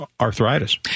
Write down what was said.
arthritis